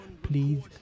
Please